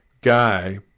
guy